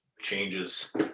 changes